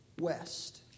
west